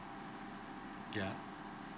yeah